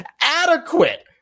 Adequate